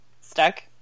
stuck